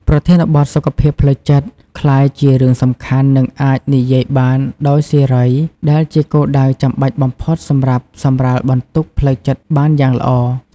ប្រធានបទសុខភាពផ្លូវចិត្តក្លាយជារឿងសំខាន់និងអាចនិយាយបានដោយសេរីដែលជាគោលដៅចាំបាច់បំផុតសម្រាប់សម្រាលបន្ទុកផ្លូវចិត្តបានយ៉ាងល្អ។